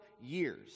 years